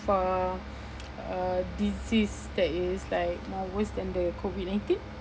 uh a disease that is like more worse than the COVID nineteen